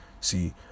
See